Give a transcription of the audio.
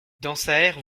dansaert